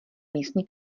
místní